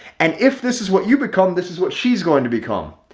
and if this is what you become, this is what she's going to become.